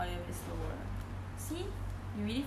see you really forget your keys [what] right